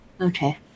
Okay